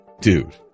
Dude